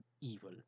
evil